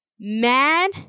mad